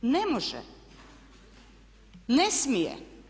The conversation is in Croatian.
Ne može, ne smije.